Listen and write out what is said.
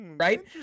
Right